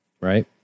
right